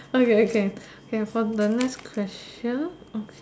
okay okay can okay for the next question okay